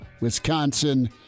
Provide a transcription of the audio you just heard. Wisconsin